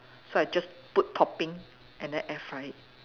so I just put topping and then air fry it